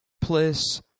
place